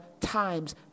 times